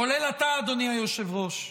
כולל אתה, אדוני היושב-ראש,